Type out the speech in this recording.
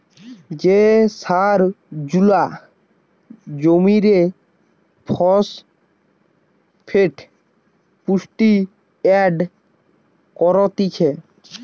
যে সার জুলা জমিরে ফসফেট পুষ্টি এড করতিছে